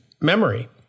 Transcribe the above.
memory